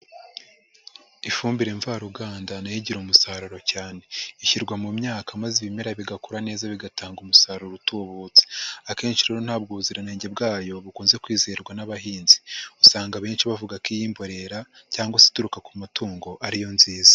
Ifumbire mvaruganda na yo igira umusaruro cyane. Ishyirwa mu myaka maze ibimera bigakura neza bigatanga umusaruro utubutse. Akenshi rero ntabwo ubuziranenge bwayo, bukunze kwizerwa n'abahinzi. Usanga abenshi bavuga ko iy'imborera cyangwa se ituruka ku matungo ari yo nziza.